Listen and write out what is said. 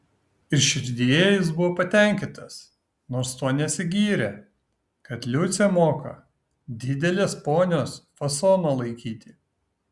ir širdyje jis buvo patenkintas nors tuo nesigyrė kad liucė moka didelės ponios fasoną laikyti